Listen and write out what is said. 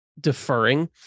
deferring